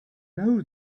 know